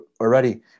Already